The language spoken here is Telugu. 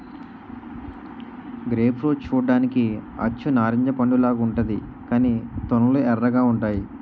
గ్రేప్ ఫ్రూట్ చూడ్డానికి అచ్చు నారింజ పండులాగా ఉంతాది కాని తొనలు ఎర్రగా ఉంతాయి